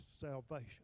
salvation